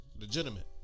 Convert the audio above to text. legitimate